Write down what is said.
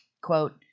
Quote